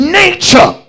nature